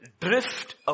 drift